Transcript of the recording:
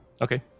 Okay